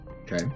okay